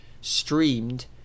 streamed